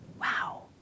Wow